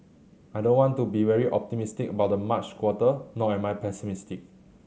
I don't want to be very optimistic about the March quarter nor am I pessimistic